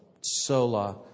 Sola